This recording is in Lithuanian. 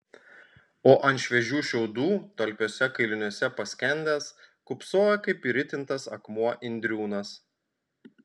o ant šviežių šiaudų talpiuose kailiniuose paskendęs kūpsojo kaip įritintas akmuo indriūnas